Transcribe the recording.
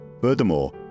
Furthermore